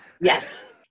Yes